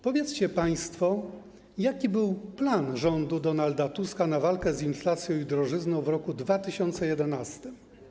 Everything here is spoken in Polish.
Powiedzcie państwo, jaki był plan rządu Donalda Tuska na walkę z inflacją i drożyzną w roku 2011.